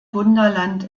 wunderland